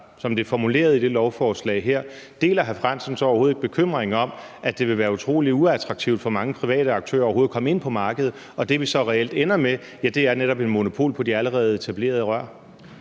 som det er formuleret i det lovforslag her, deler hr. Henrik Frandsen så overhovedet ikke den bekymring, at det vil være utrolig uattraktivt for mange private aktører overhovedet at komme ind på markedet, og at det, vi så reelt ender med, netop er et monopol på de allerede etablerede rør?